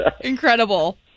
incredible